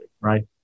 right